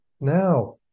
Now